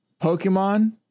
Pokemon